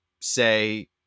say